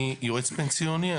אני יועץ פנסיוני,